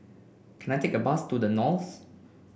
can I take a bus to The Knolls